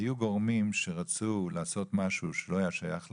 היו גורמים שרצו לעשות משהו שלא היה שייך לוועדה.